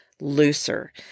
looser